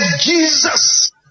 Jesus